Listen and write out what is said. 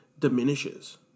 Diminishes